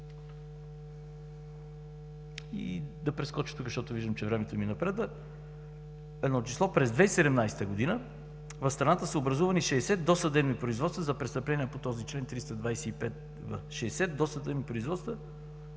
И да прескоча тук, защото виждам, че времето ни напредва, едно число – през 2017 г. в страната са образувани 60 досъдебни производства за престъпления по този чл. 325в – 60 досъдебни производства